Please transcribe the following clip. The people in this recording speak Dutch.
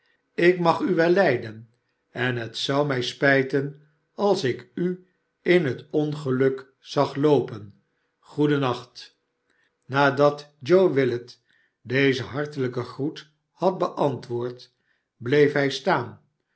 ik mag u wel lijden en het zou mij spijten als ik u in het ongeluk zag loopen goeden nacht nadat joe willet dezen hartelijken groet had beantwoord bleef hij staan